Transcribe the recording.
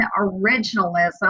originalism